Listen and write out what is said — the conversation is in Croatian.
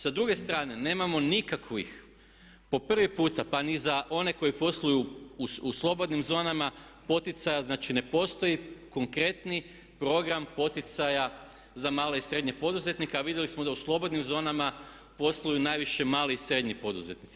Sa druge strane, nemamo nikakvih po prvi puta pa ni za one koje posluju u slobodnim zonama poticaja, znači ne postoji konkretni program poticaja za male i srednje poduzetnike a vidjeli smo da u slobodnim zonama posluju najviše mali i srednji poduzetnici.